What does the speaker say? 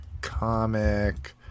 comic